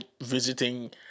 visiting